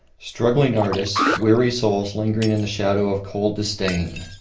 struggling artists, weary souls lingering in the shadow of cold disdain!